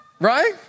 Right